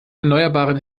erneuerbaren